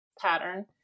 pattern